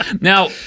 Now